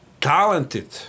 talented